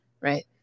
Right